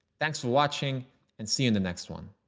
thanks for watching and see in the next one.